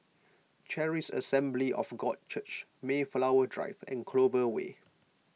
Charis Assembly of God Church Mayflower Drive and Clover Way